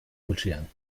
kutschieren